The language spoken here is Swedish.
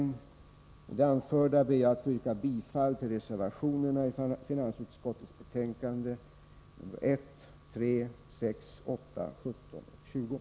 Med det anförda ber jag att få yrka bifall till reservationerna nr 1,3, 6, 8,17 och 20.